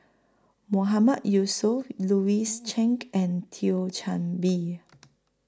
Mohamed Yusof Louis Chen and Thio Chan Bee